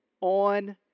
on